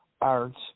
arts